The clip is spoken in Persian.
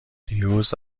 دیروز